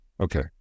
okay